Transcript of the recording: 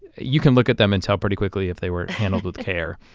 you can look at them and tell pretty quickly if they were handled with care.